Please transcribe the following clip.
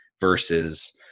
versus